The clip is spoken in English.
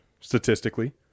statistically